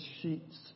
sheets